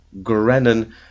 Grennan